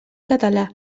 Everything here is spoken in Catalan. català